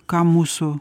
ką mūsų